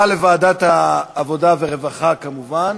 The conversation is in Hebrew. ותועבר לוועדת העבודה והרווחה, כמובן